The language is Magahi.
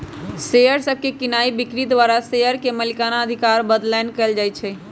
शेयर सभके कीनाइ बिक्री द्वारा शेयर के मलिकना अधिकार बदलैंन कएल जाइ छइ